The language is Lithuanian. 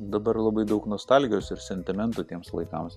dabar labai daug nostalgijos ir sentimentų tiems laikams